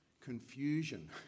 confusion